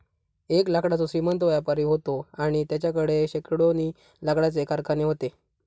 एक लाकडाचो श्रीमंत व्यापारी व्हतो आणि तेच्याकडे शेकडोनी लाकडाचे कारखाने व्हते